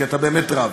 אלא כי אתה באמת רב.